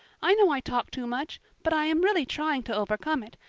i know i talk too much, but i am really trying to overcome it,